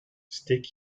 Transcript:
steek